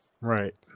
Right